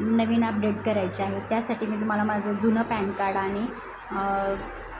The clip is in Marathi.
नवीन अपडेट करायचे आहे त्यासाठी मी तुम्हाला माझं जुनं पॅन कार्ड आणि